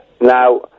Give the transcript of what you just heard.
Now